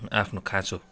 आफ्नो खाँचो